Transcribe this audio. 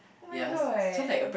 oh-my-god